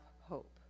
hope